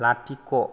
लाथिख'